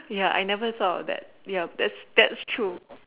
ya I never of thought that ya that's that's true